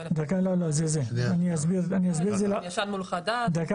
--- ישן מול חדש --- רגע,